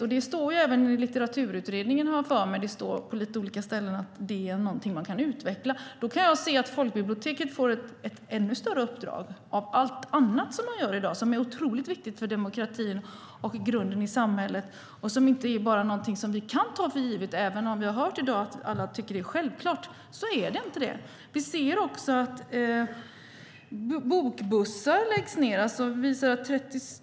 Jag tror att det på lite olika ställen i Litteraturutredningen står att det är någonting som man kan utveckla. Då kan jag se att folkbiblioteken får ett ännu större uppdrag när det gäller allt annat som man gör i dag och som är otroligt viktigt för demokratin och grunden i samhället och som inte bara är någonting som vi kan ta för givet. Även om vi i dag har hört att alla tycker att det är självklart så är det inte det. Vi ser också att verksamheten med bokbussar läggs ned.